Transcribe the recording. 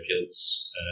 fields